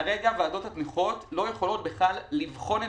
כרגע ועדות התמיכות לא יכולות בכלל לבחון את